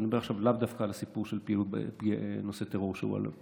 אני מדבר עכשיו לאו דווקא על הסיפור של פעילות בנושא הטרור שהועלה,